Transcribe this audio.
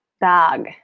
Dog